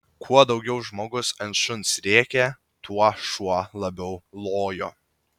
kuo daugiau žmogus ant šuns rėkė tuo šuo labiau lojo